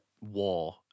war